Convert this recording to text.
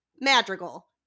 Madrigal